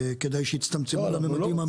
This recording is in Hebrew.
כדאי שיצטמצמו לממדים --- לא,